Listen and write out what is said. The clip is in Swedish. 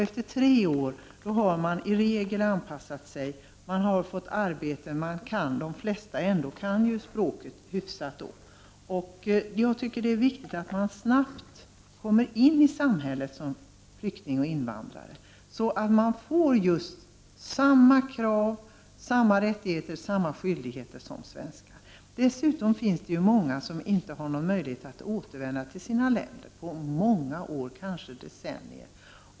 Efter tre år har man i regel anpassat sig, man har fått arbete, de flesta kan språket hyfsat. Jag tycker det är viktigt för en flykting och invandrare att snabbt komma in i samhället för att få samma krav och samma rättigheter och samma skyldigheter som en svensk. Dessutom finns det många som inte har någon möjlighet att återvända till sina länder på många år, kanske decennier.